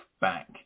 back